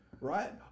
right